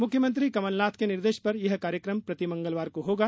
मुख्यमंत्री कमल नाथ के निर्देश पर यह कार्यक्रम प्रति मंगलवार को होगा